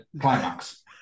climax